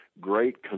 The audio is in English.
great